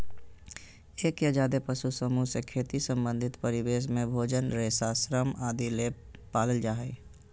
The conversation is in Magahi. एक या ज्यादे पशु समूह से खेती संबंधित परिवेश में भोजन, रेशा, श्रम आदि ले पालल जा हई